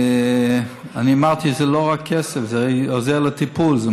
אני אמרתי, זה לא רק כסף, זה עוזר לטיפול.